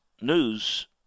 news